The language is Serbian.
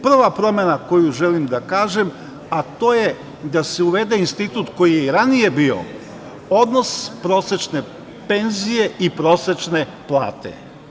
Prva promena koju želim da kažem je da se uvede institut koji je i ranije bio - odnos prosečne penzije i prosečne plate.